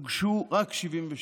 הוגשו רק 76,